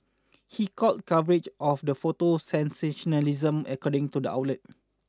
he called coverage of the photo sensationalism according to the outlet